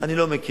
אני לא מכיר